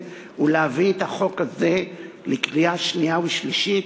ולהביא את החוק הזה לקריאה שנייה ושלישית,